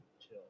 chill